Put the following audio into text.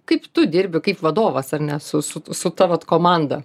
kaip tu dirbi kaip vadovas ar ne su su su ta vat komanda